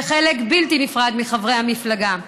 כחלק בלתי נפרד מחברי המפלגה.